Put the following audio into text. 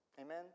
Amen